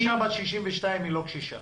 כי אישה בת 62 היא לא קשישה.